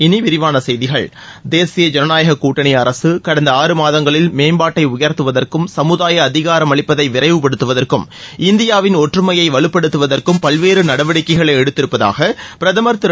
இனி விரிவான செய்திகள் தேசிய ஜனநாயகக் கூட்டணி அரசு கடந்த ஆறு மாதங்களில் மேம்பாட்டை உயர்த்துவதற்கும் சமுதாய அதிகாரமளிப்பதை விரைவுபடுத்துவதற்கும் இந்தியாவின் ஒற்றுமையை வலுப்படுத்துவதற்கும் பல்வேறு நடவடிக்கைகளை எடுத்திருப்பதாக பிரதமர் திரு